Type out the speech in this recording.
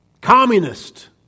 communist